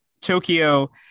Tokyo